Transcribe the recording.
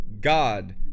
God